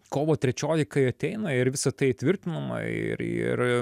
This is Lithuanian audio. kovo trečioji kai ateina ir visa tai įtvirtinama ir ir ir